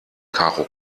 karo